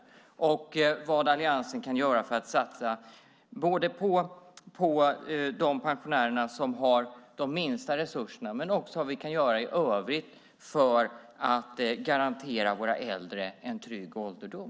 Jag vill också veta vad alliansen kan göra för att satsa både på de pensionärer som har de minsta resurserna men också vad vi kan göra i övrigt för att garantera våra äldre en trygg ålderdom.